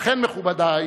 לכן, מכובדי,